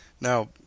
now